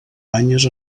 banyes